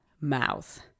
mouth